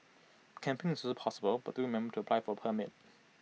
camping is also possible but do remember to apply for A permit